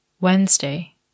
Wednesday